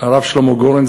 הרב שלמה גורן,